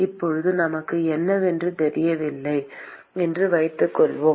இப்போது நமக்கு என்னவென்று தெரியவில்லை என்று வைத்துக்கொள்வோம்